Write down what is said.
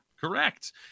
correct